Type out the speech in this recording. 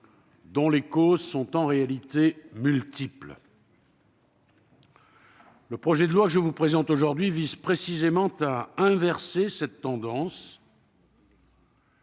dont les causes sont en réalité multiples. Le projet de loi que je vous présente aujourd'hui vise précisément à inverser cette tendance